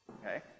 Okay